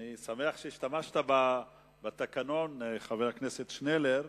אני שמח שהשתמשת בתקנון, חבר הכנסת שנלר,